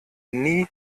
nie